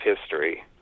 history